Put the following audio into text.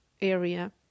area